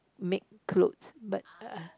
make clothes but uh